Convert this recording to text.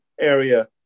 area